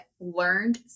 learned